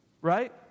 right